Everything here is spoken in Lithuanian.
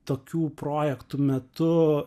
tokių projektų metu